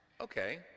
Okay